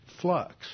flux